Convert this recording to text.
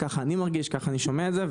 כך אני מרגיש, כך אני שומע את זה.